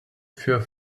für